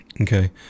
Okay